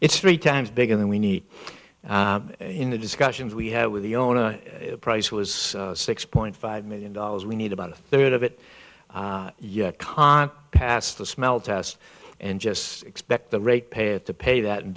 it's three times bigger than we need in the discussions we had with the yonah price was six point five million dollars we need about a third of it yet con pass the smell test and just expect the rate payers to pay that